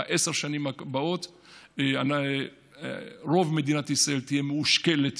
בעשר שנים הקרובות רוב מדינת ישראל תהיה מאושכלת